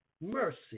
mercy